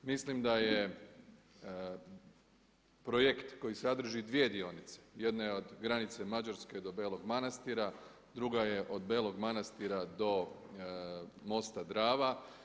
Mislim da je projekt koji sadrži dvije dionice, jedna je od granice Mađarske do Belog Manastira, druga je od Belog Manastira do mosta Drava.